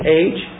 age